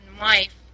wife